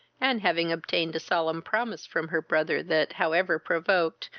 and having obtained a solemn promise from her brother, that, however provoked,